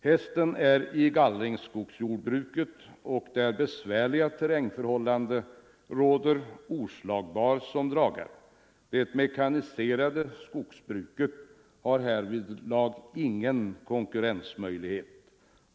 Hästen är i gallringsskogsbruket, och där besvärliga terrängförhållanden råder, oslagbar som dragare. Det mekaniserade skogsbruket har härvidlag ingen konkurrensmöjlighet.